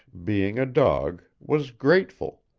being a dog, was grateful.